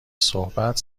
صحبت